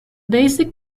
basic